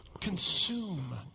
consume